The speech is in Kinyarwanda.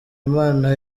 imana